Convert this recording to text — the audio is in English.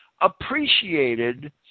appreciated